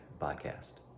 Podcast